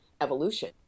evolution